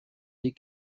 des